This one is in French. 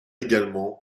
également